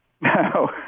No